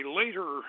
later